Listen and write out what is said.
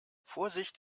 vorsicht